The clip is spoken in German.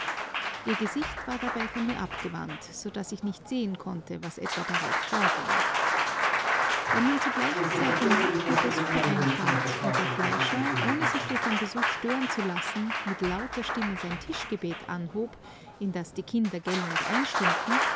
ihr gesicht war dabei von mir abgewandt so daß ich nicht sehen konnte was etwa darauf vorging da nun zu gleicher zeit die magd mit der suppe eintrat und der fleischer ohne sich durch den besuch stören zu lassen mit lauter stimme sein tischgebet anhob in das die kinder gellend einstimmten